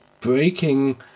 breaking